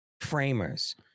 framers